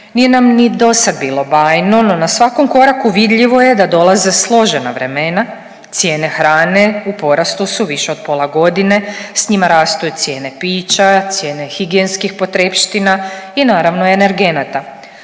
Nije nam ni dosad bilo bajno, no na svakom koraku vidljivo je da dolaze složena vremena, cijene hrane u porastu su više od pola godine, s njima rastu i cijene pića, cijene higijenskih potrepština i naravno, energenata.